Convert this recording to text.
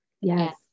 yes